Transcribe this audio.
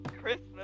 Christmas